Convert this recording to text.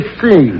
see